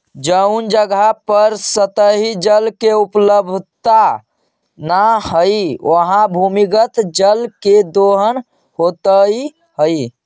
जउन जगह पर सतही जल के उपलब्धता न हई, उहाँ भूमिगत जल के दोहन होइत हई